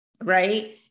right